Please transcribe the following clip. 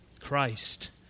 Christ